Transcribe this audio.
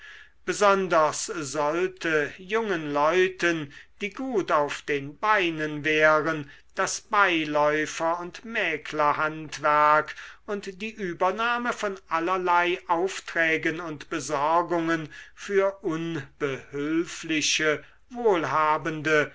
besonders sollte jungen leuten die gut auf den beinen wären das beiläufer und mäklerhandwerk und die übernahme von allerlei aufträgen und besorgungen für unbehülfliche wohlhabende